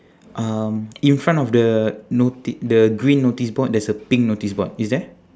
um in front of the noti~ the green notice board there's a pink notice board is there